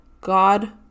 God